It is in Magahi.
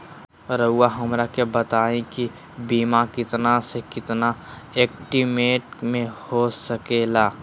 रहुआ हमरा के बताइए के बीमा कितना से कितना एस्टीमेट में हो सके ला?